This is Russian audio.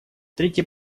третий